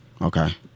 Okay